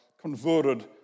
converted